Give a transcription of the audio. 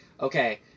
okay